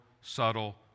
subtle